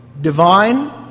divine